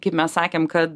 kaip mes sakėm kad